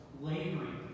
laboring